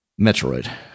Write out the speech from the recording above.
metroid